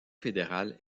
fédérale